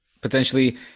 potentially